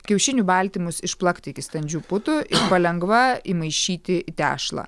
kiaušinių baltymus išplakti iki standžių putų palengva įmaišyti į tešlą